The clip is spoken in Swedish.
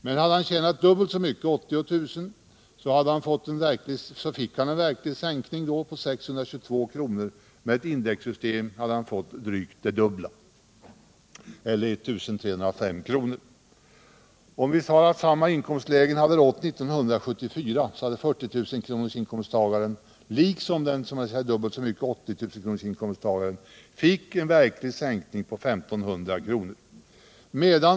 Den som tjänade dubbelt så mycket, dvs. 80 000 kr., fick en verklig sänkning med 622 kr., men hade med ett indexsystem fått drygt det dubbla eller 1 305 kr. Om vi räknar på samma inkomstlägen 1974, fick såväl inkomsttagaren med 40 000 kr. som inkomsttagaren med dubbelt så stor inkomst, dvs. 80 000 kr., en verklig sänkning med 1 500 kr.